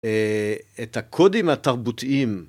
את הקודים התרבותיים.